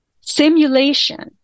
simulation